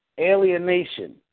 alienation